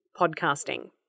podcasting